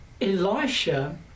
Elisha